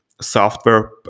software